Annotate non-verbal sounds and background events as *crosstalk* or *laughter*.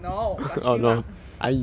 no plus three mark *noise*